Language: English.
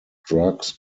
drugs